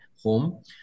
home